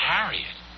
Harriet